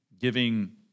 giving